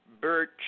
birch